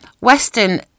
Western